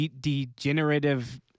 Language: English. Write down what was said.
Degenerative